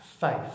faith